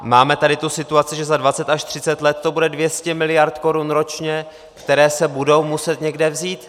Máme tady situaci, že za dvacet až třicet let to bude 200 mld. korun ročně, které se budou muset někde vzít.